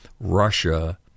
Russia